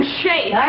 shape